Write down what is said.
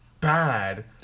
bad